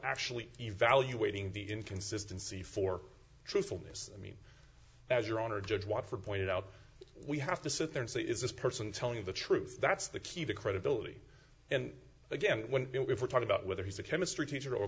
actually evaluating the inconsistency for truthfulness i mean as your honor judge white for pointed out we have to sit there and say is this person telling the truth that's the key to credibility and again when we were talking about whether he's a chemistry teacher or